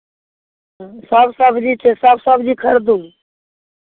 सभ सबजी छै सभ सबजी खरीदू